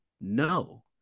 no